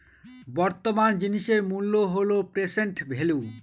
বর্তমান জিনিসের মূল্য হল প্রেসেন্ট ভেল্যু